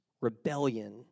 rebellion